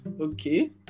Okay